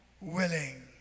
willing